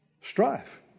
strife